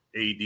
AD